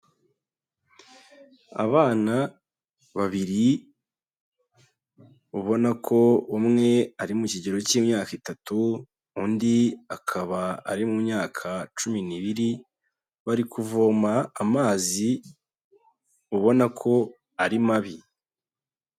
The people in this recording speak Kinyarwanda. Abana babiri ubona ko umwe ari mu kigero cy'imyaka itatu, undi akaba ari mu myaka cumi n'ibiri, bari kuvoma amazi ubona ko ari mabi.